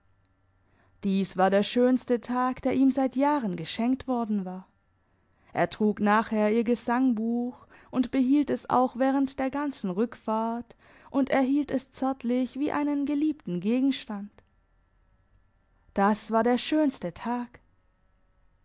dies war der schönste tag der ihm seit jahren geschenkt worden war er trug nachher ihr gesangbuch und behielt es auch während der ganzen rückfahrt und er hielt es zärtlich wie einen geliebten gegenstand das war der schönste tag